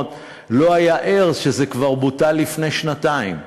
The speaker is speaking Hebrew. לא היה ער לכך שזה כבר בוטל לפני שנתיים.